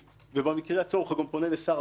ובמקרה הצורך הוא פונה גם לשר האוצר.